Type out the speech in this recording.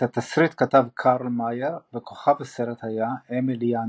את התסריט כתב קרל מאייר וכוכב הסרט היה אמיל יאנינגס.